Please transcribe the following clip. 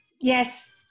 Yes